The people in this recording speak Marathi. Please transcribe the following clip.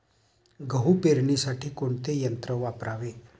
गहू पेरणीसाठी कोणते यंत्र वापरावे?